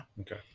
okay